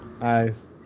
Nice